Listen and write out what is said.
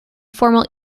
formal